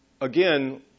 Again